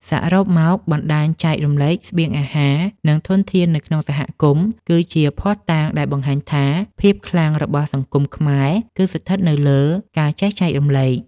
សរុបមក បណ្ដាញចែករំលែកស្បៀងអាហារ និងធនធាននៅក្នុងសហគមន៍ គឺជាភស្តុតាងដែលបង្ហាញថា ភាពខ្លាំងរបស់សង្គមខ្មែរគឺស្ថិតនៅលើ ការចេះចែករំលែក ។